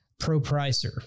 ProPricer